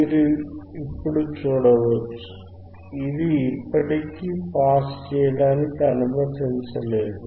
మీరు ఇప్పుడు చూడవచ్చు ఇది ఇప్పటికీ పాస్ చేయడానికి అనుమతించలేదు